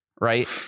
right